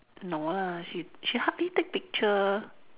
no lah she she hardly take picture